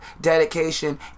dedication